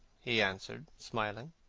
he answered, smiling.